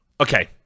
Okay